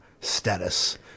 status